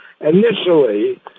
Initially